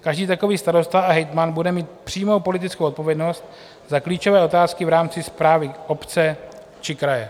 Každý takový starosta a hejtman bude mít přímou politickou odpovědnost za klíčové otázky v rámci správy obce či kraje.